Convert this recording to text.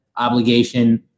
obligation